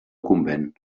convent